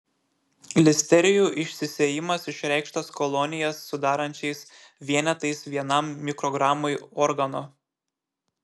listerijų išsisėjimas išreikštas kolonijas sudarančiais vienetais vienam mikrogramui organo